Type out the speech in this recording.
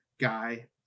guy